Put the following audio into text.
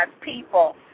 people